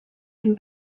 him